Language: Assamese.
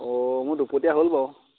অ মোৰ দুপতীয়া হ'ল বাৰু